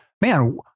man